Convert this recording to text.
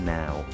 now